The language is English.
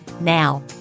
Now